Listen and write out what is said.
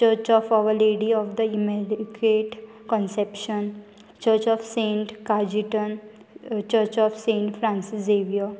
church of our lady of the immaculate conception church of saint Cajetan church of saint Francis Xavier